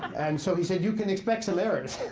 and so he said, you can expect some errors.